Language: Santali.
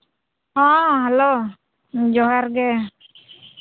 ᱦᱮᱸ ᱦᱮᱞᱳ ᱡᱚᱦᱟᱨ ᱜᱮ